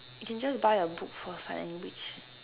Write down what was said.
you can just buy a book for sign language